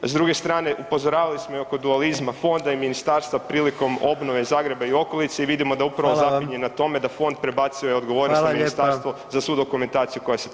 S druge strane upozoravali smo i oko dualizma fonda i ministarstva prilikom obnove Zagreba i okolice i vidimo da upravo zapinje na tome da fond prebacuje odgovornost [[Upadica predsjednik: Hvala lijepa.]] na ministarstvo za svu dokumentaciju koja se traži.